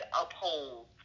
uphold